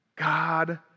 God